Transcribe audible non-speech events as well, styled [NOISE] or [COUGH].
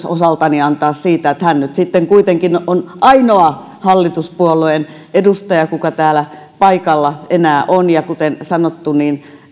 [UNINTELLIGIBLE] osaltani antaa siitä että hän nyt sitten kuitenkin on ainoa hallituspuolueen edustaja joka täällä paikalla enää on ja kuten sanottu